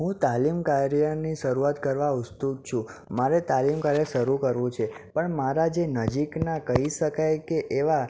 હું તાલીમ કાર્યની શરૂઆત કરવા ઉત્સુક છું મારે તાલીમ કાર્ય શરૂ કરવું છે પણ મારા જે નજીકના કહી શકાય કે એવા